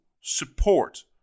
support